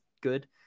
good